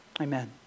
Amen